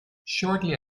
shortly